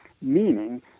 meaning